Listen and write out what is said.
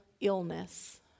illness